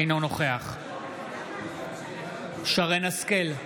אינו נוכח שרל השכל,